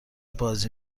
بازی